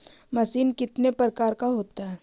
Machine कितने प्रकार का होता है?